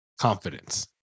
confidence